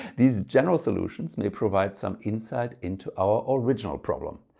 these general solutions may provide some insight into our original problem.